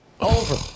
over